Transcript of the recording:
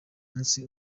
minsi